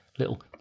Little